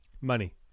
Money